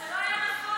זה לא היה נכון.